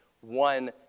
one